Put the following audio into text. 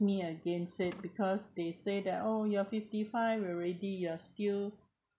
me against it because they say that oh you are fifty five already you are still